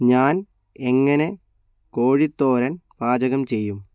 ഞാൻ എങ്ങനെ കോഴിത്തോരൻ പാചകം ചെയ്യും